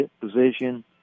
position